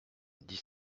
dix